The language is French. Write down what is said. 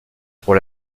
pour